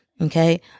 Okay